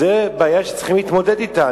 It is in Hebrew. זו בעיה שצריך להתמודד אתה.